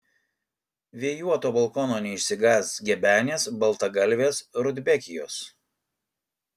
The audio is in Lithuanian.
vėjuoto balkono neišsigąs gebenės baltagalvės rudbekijos